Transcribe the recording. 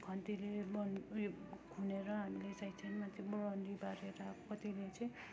खन्तीले बाउन् उयो खनेर हामीले साइड साइडमा त्यो बाउन्ड्री बारेर कतिले चाहिँ